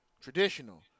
traditional